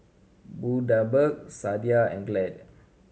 Bundaberg Sadia and Glade